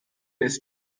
ist